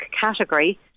category